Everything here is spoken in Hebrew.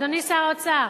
אדוני שר האוצר,